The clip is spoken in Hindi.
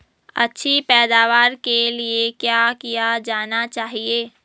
अच्छी पैदावार के लिए क्या किया जाना चाहिए?